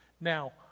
Now